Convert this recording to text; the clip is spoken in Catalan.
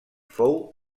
fou